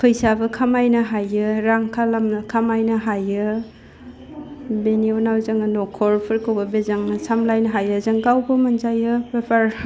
फैसाबो खामायनो हायो रां खालामनो खामायनो हायो बेनि उनाव जोङो नखरफोरखौबो बेजोंनो सामलायनो हायो जों गावबो मोनजायो बेफार